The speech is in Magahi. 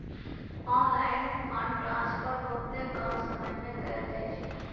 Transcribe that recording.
ऑनलाइन फंड ट्रांसफर बहुते कम समय में कएल जाइ छइ